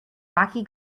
rocky